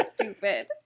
stupid